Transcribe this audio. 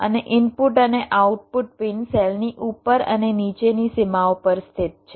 અને ઇનપુટ અને output pin સેલની ઉપર અને નીચેની સીમાઓ પર સ્થિત છે